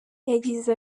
yagize